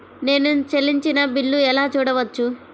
నేను చెల్లించిన బిల్లు ఎలా చూడవచ్చు?